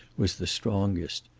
was the strongest.